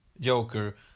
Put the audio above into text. Joker